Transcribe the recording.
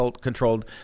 controlled